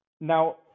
Now